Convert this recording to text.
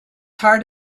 hard